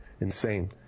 insane